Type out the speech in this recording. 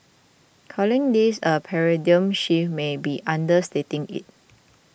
calling this a paradigm shift may be understating it